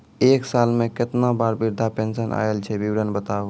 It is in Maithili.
एक साल मे केतना बार वृद्धा पेंशन आयल छै विवरन बताबू?